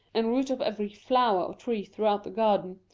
and root up every flower or tree throughout the garden,